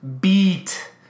beat